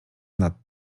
nad